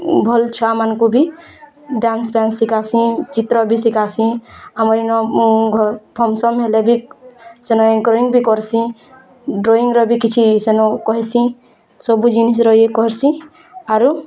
ଭଲ୍ ଛୁଆମାନଙ୍କୁ ବି ଡ଼୍ୟାନ୍ସ୍ ଫ୍ୟାନ୍ସ୍ ଶିଖାସିଁ ଚିତ୍ର ବି ଶିଖାସିଁ ଆମର୍ ଏନ ଫଙ୍କସନ୍ ହେଲେ ବି ସେନେ ଆଙ୍କରିଙ୍ଗ୍ ବି କରସିଁ ଡ଼୍ରଇଁର ବି କିଛି ସେନୁ କହେସିଁ ସବୁ ଜିନିଷ୍ର ବି କରସିଁ ଆରୁ